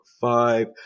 five